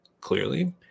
Clearly